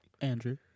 Andrew